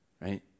right